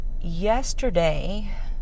yesterday